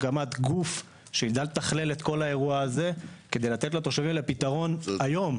הקמת גוף שיידע לתכלל את כל האירוע הזה כדי לתת לתושבים פתרון היום.